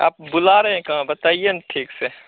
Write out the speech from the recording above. आप बुला रहे हैं कहाँ बताइए ना ठीक से